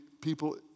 people